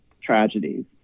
tragedies